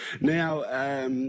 Now